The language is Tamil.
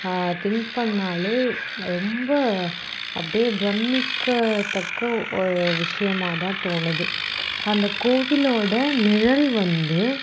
திங்க் பண்ணாலே ரொம்ப அப்படியே பிரமிக்க தக்க விஷயமாக தான் தோணுது அந்த கோவிலோட நிழல் வந்து